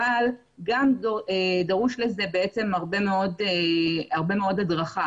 אבל גם דרושה לזה הרבה מאוד הדרכה,